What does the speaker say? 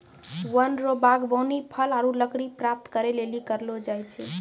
वन रो वागबानी फल आरु लकड़ी प्राप्त करै लेली करलो जाय छै